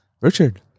Richard